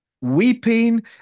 weeping